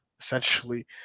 essentially